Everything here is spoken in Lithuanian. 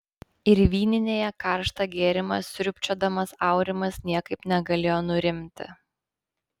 ir vyninėje karštą gėrimą sriubčiodamas aurimas niekaip negalėjo nurimti